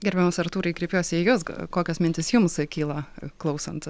gerbiamas artūrai kreipiuosi į juos kokios mintys jums kyla klausant